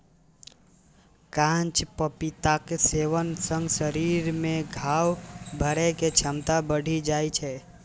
कांच पपीताक सेवन सं शरीर मे घाव भरै के क्षमता बढ़ि जाइ छै